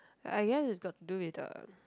I guess it's got do with the